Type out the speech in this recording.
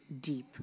deep